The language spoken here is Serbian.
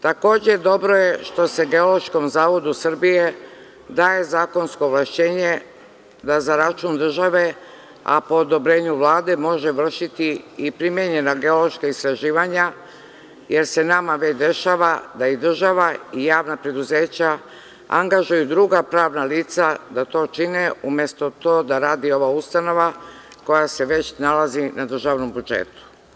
Takođe, dobro je što se Geološkom zavodu Srbije daje zakonsko ovlašćenje da za račun države, a po odobrenju Vlade mogu vršiti i primenjena geološka istraživanja, jer se nama već dešava da i država i javna preduzeća angažuju druga pravna lica da to čine, umesto to da radi ova ustanova koja se već nalazi na državnom budžetu.